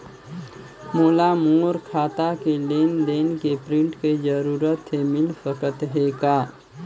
मोला मोर खाता के लेन देन के प्रिंट के जरूरत हे मिल सकत हे का?